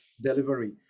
Delivery